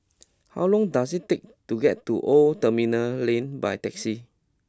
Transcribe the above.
how long does it take to get to Old Terminal Lane by taxi